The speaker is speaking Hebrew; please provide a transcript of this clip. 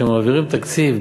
כשמעבירים תקציב,